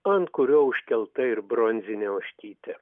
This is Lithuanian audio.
ant kurio užkelta ir bronzinė ožkytė